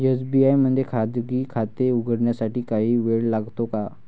SBI मध्ये खाजगी खाते उघडण्यासाठी काही वेळ लागतो का?